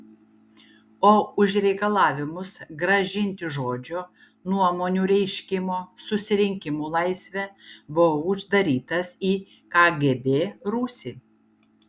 o už reikalavimus grąžinti žodžio nuomonių reiškimo susirinkimų laisvę buvau uždarytas į kgb rūsį